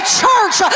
church